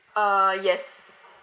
uh yes